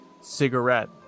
cigarette